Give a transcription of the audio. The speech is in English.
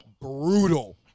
brutal